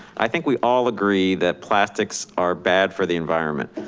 i think we all agree that plastics are bad for the environment.